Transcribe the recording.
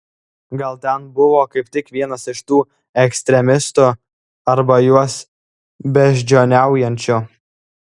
gal ten buvo kaip tik vienas iš tų ekstremistų arba juos beždžioniaujančių